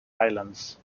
islands